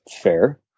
Fair